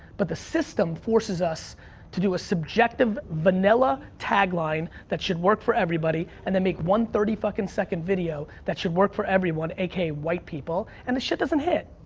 but the system forces us to do a subjective vanilla tag line that should work for everybody and then make one thirty fucking second video that should work for everyone, aka white people and the shit doesn't hit.